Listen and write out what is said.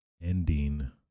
ending